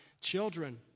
Children